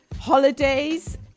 holidays